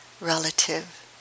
relative